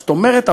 זאת אומרת,